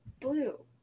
blue